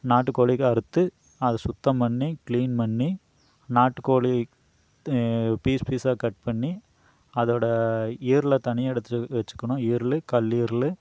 நாட்டுக்கோழிய அறுத்து அதை சுத்தம் பண்ணி கிளீன் பண்ணி நாட்டுக்கோழி தே பீஸ் பீஸாக கட் பண்ணி அதோடய ஈரலை தனியாக எடுத்து வச்சிக்கணும் ஈரலு கல்லீரலு